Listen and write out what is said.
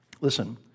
Listen